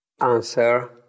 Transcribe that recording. answer